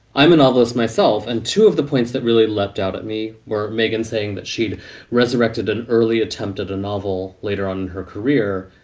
i'm a novelist myself, and two of the points that really leapt out at me were megan saying that she'd resurrected an early attempt at a novel later on her career,